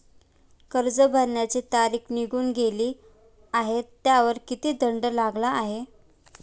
कर्ज भरण्याची तारीख निघून गेली आहे त्यावर किती दंड लागला आहे?